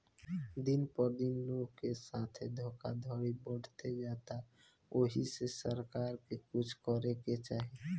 दिन प दिन लोग के साथे धोखधड़ी बढ़ते जाता ओहि से सरकार के कुछ करे के चाही